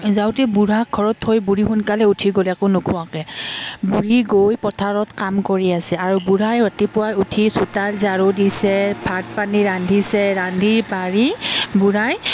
যাওঁতে বুঢ়াক ঘৰত থৈ বুঢ়ী সোনকালে উঠি গ'ল একো নোখোৱাকৈ বুঢ়ী গৈ পথাৰত কাম কৰি আছে আৰু বুঢ়াই ৰাতিপুৱাই উঠি চোতাল ঝাৰু দিছে ভাত পানী ৰান্ধিছে ৰান্ধি বাঢ়ি বুঢ়াই